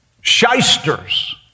shysters